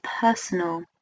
personal